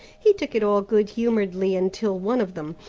he took it all good-humouredly, until one of them,